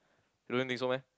you don't think so meh